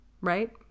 right